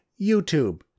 YouTube